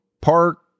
park